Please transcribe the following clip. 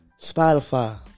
Spotify